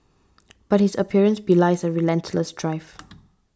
but his appearance belies a relentless drive